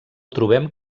trobem